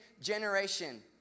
generation